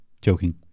joking